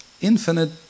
Infinite